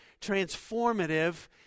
transformative